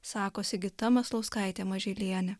sako sigita maslauskaitė mažylienė